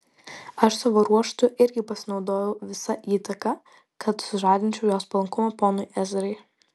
aš savo ruožtu irgi pasinaudojau visa įtaka kad sužadinčiau jos palankumą ponui ezrai